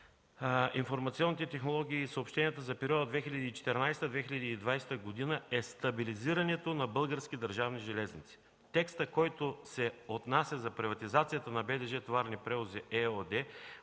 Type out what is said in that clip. информационните технологии и съобщенията за периода 2014–2020 г. е стабилизирането на Български държавни железници. Текстът, който се отнася за приватизацията на БДЖ „Товарни превози” ЕООД